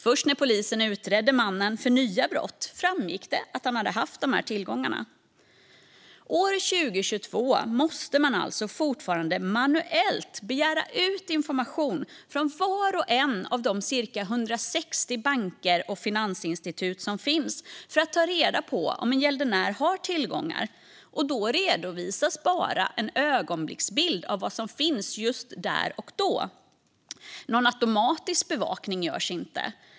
Först när polisen utredde mannen för nya brott framgick det att han hade haft dessa tillgångar. År 2022 måste man alltså fortfarande manuellt begära ut information från var och en av de cirka 160 banker och finansinstitut som finns för att ta reda på om en gäldenär har tillgångar, och då redovisas bara en ögonblicksbild av vad som finns just där och då. Någon automatisk bevakning görs inte.